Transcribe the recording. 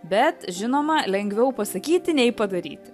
bet žinoma lengviau pasakyti nei padaryti